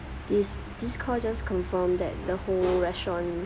this this call just confirmed that the whole restaurant